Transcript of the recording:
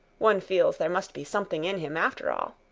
one feels there must be something in him, after all.